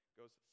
goes